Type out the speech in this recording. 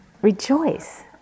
Rejoice